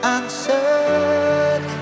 Answered